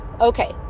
Okay